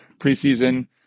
preseason